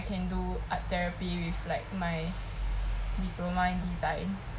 can do art therapy with like my diploma in design